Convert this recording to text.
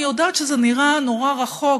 אני יודעת שזה נראה נורא רחוק,